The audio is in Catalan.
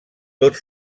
tot